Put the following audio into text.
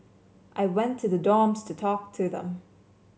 I went to the dorms to talk to them